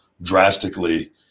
drastically